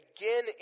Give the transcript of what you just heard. again